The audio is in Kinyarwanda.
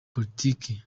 politike